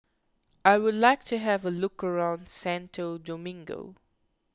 I would like to have a look around Santo Domingo